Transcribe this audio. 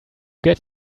get